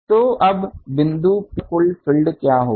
तो अब बिंदु P पर कुल फ़ील्ड क्या होगा